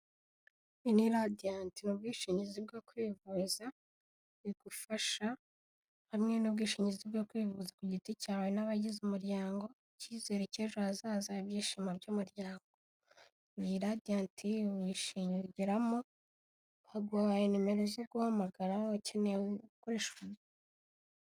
Iyi ni RADIANT, ni ubwishingizi bwo kwivuza bigufasha, hamwe n'ubwishingizi bwo kwivuza ku giti cyawe n'abagize umuryango, icyizere cy'ejo hazaza ibyishimo by'umuryango, iyi RADIANT wishingiramo baguhaye nimero zo guhamagara ukeneye gukoresha.